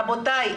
רבותי,